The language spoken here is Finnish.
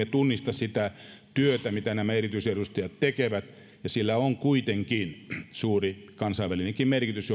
sitä työtä mitä nämä erityisedustajat tekevät ja sillä on kuitenkin suuri kansainvälinenkin merkitys